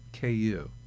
KU